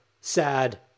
sad